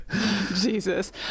jesus